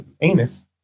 anus